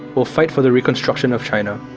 will fight for the reconstruction of china,